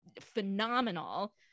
phenomenal